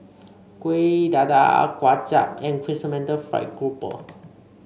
Kuih Dadar Kuay Chap and Chrysanthemum Fried Grouper